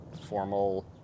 formal